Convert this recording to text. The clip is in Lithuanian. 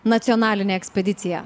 nacionalinę ekspediciją